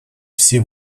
все